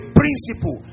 principle